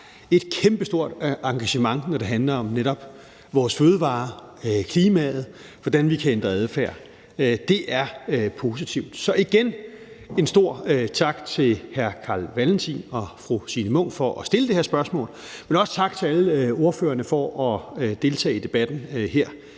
et kæmpestort engagement, når det handler om netop vores fødevarer, klimaet, og hvordan vi kan ændre adfærd. Det er positivt. Så igen en stor tak til hr. Carl Valentin og fru Signe Munk for at stille den her forespørgsel, men også tak til alle ordførerne for at deltage i debatten her.